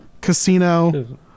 Casino